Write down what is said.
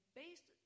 based